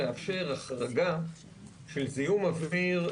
ואת הסרבול שיש פה בחוק אפשר בסך הכול לתקן די בקלות.